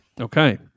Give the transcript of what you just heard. okay